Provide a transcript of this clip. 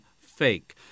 fake